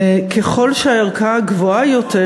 ככל שהערכאה גבוהה יותר,